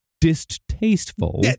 distasteful